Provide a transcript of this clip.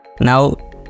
Now